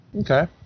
Okay